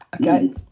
Okay